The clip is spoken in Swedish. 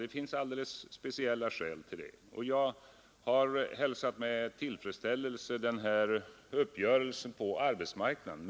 Det finns alldeles speciella skäl till det, och jag har med tillfredsställelse hälsat den här uppgörelsen på arbetsmarknaden.